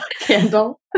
Candle